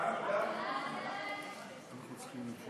סעיפים 1 2